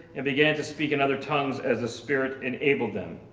and began to speak in other tongues as a spirit enabled them.